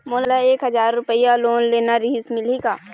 मोला एक हजार रुपया लोन लेना रीहिस, मिलही का?